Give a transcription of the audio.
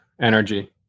energy